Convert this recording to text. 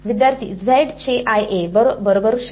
विद्यार्थीः z चे IA बरोबर 0